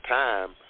time